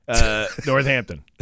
Northampton